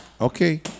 Okay